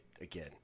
again